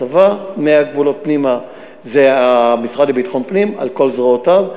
הצבא; מהגבולות פנימה זה המשרד לביטחון פנים על כל זרועותיו.